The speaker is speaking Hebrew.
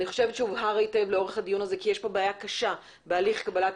אני חושבת שהובהר היטב לאורך הדיון הזה כי יש פה בעיה קשה בהליך קבלת